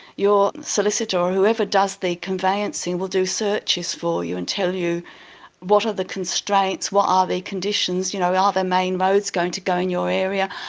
your solicitor or whoever does the conveyancing will do searches for you and tell you what are the constraints, what are the conditions, you know are there main roads going to go in your area.